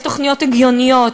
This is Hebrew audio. יש תוכניות הגיוניות,